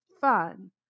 fun